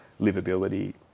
livability